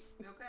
okay